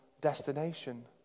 destination